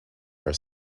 are